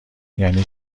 یعنی